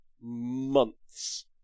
months